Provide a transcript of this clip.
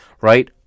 right